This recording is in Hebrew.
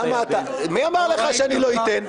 מי אמר לך שאני לא אתן?